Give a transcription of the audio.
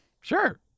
sure